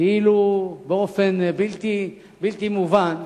כאילו באופן בלתי מובן,